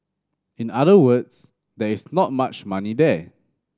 in other words there is not much money there